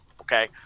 Okay